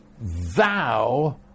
thou